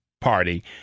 party